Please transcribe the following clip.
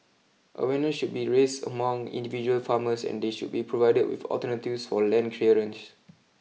awareness should be raised among individual farmers and they should be provided with alternatives for land clearance